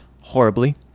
horribly